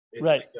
Right